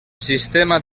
sistema